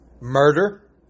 Murder